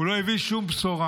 הוא לא הביא שום בשורה.